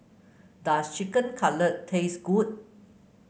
does Chicken Cutlet taste good